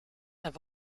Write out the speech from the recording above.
have